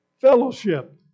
Fellowship